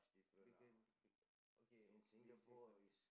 bigger big~ okay you say first